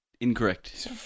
Incorrect